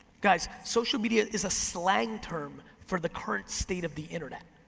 guys, social media is a slang term for the current state of the internet.